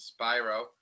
Spyro